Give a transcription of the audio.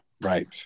right